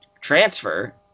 transfer